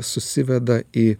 susiveda į